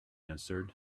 answered